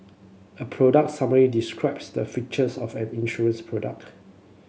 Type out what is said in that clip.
a product summary describes the features of an insurance product